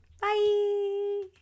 Bye